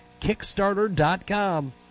kickstarter.com